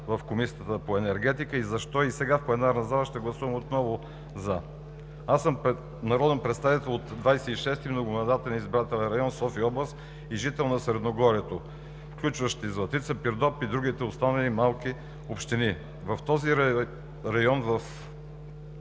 в Комисията по енергетиката и защо и сега в пленарната зала ще гласувам „за“. Аз съм народен представител от Двадесет и шести многомандатен избирателен район – София област, и жител на Средногорието, включващо Златица, Пирдоп и другите основни и малки общини. В този район в началото